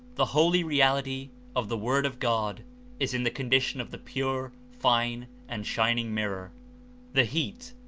the holy reality of the word of god is in the condition of the pure, fine and shining mirror the heat,